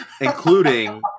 including